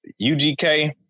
UGK